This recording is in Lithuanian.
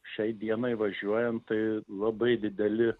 šiai dienai važiuojant tai labai dideli